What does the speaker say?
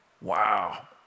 Wow